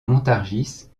montargis